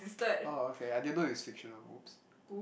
oh okay I didn't know its fictional